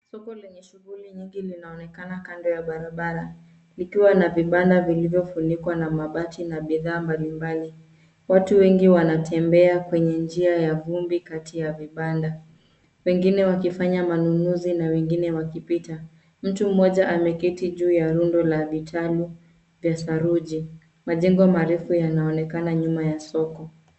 Soko lenye shughuli nyingi inaonekana kando ya barabara, vikiwa na vibanda vilivyofunikwa na mabati na bidhaa mbalimbali. Watu wengi wanatembea kwenye njia ya vumbi kati ya vibanda. Wengine wanafanya wanunuzi na wengine wakipitia. Mtu mmoja ameketi juu ya rundo ya vitalu vya saruji .Majengo marefu yanaonekana nyuma ya soko.